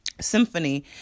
symphony